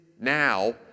now